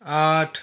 आठ